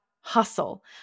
hustle